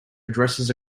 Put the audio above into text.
addresses